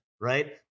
right